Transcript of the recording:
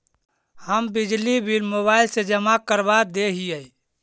हम बिजली bill mobile से जमा करवा देहियै?